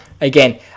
again